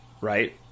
right